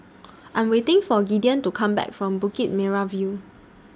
I Am waiting For Gideon to Come Back from Bukit Merah View